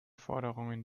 forderungen